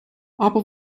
aber